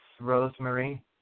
Rosemary